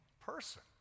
person